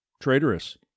traitorous